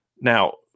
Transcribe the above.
Now